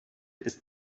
ist